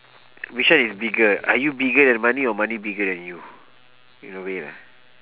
which one is bigger are you bigger than money or money bigger than you in a way lah